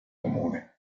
comune